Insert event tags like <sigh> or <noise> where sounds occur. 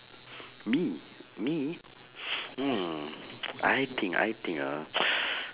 <breath> me me <breath> hmm <noise> I think I think uh